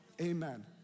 Amen